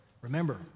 Remember